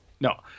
No